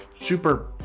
Super